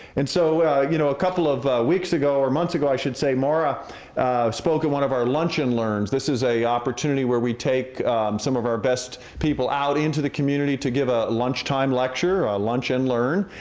and so you know a couple of weeks ago, or months ago i should say, maura spoke at one of our lunch and learns. this is a opportunity where we take some of our best people out into the community to give a lunchtime lecture, a lunch and learn,